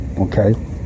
Okay